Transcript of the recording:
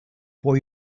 for